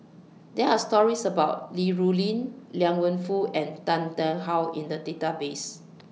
There Are stories about Li Rulin Liang Wenfu and Tan Tarn How in The Database